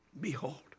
Behold